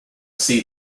see